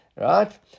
Right